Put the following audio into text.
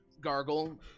gargle